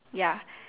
ya